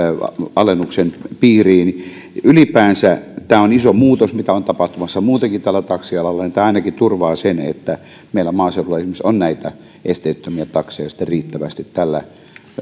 alennuksen piiriin ylipäänsä tämä on iso muutos mitä on tapahtumassa muutenkin tällä taksialalla ja tämä ainakin turvaa sen että meillä maaseudulla esimerkiksi on näitä esteettömiä takseja sitten riittävästi tällä